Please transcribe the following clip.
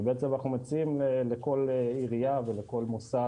ובעצם אנחנו מציעים לכל עירייה וכל מוסד,